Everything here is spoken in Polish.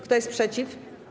Kto jest przeciw?